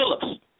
Phillips